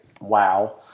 wow